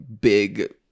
big